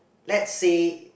let's say